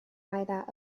either